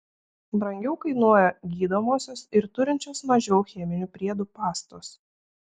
brangiau kainuoja gydomosios ir turinčios mažiau cheminių priedų pastos